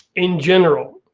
in general.